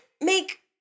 make